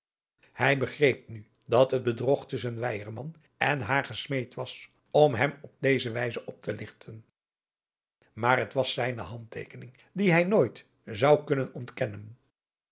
hij begreep nu dat het bedrog tusschen weyerman en haar gesmeed was om hem op deze wijze op te ligten maar het was zijne handteekening die hij nooit zou kunnen ontkennen